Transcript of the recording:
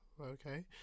okay